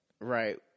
Right